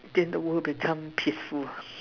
been the word becoming peaceful